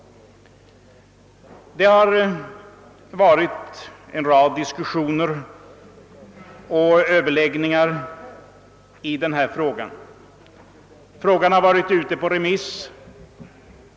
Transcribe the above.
Många diskussioner och överläggningar i denna fråga har förekommit, och ärendet har också varit ute på remiss.